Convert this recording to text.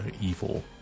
evil